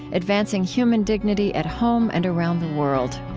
advancing human dignity at home and around the world.